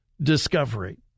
discovery